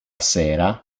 sera